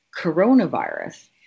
coronavirus